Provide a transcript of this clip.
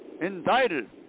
indicted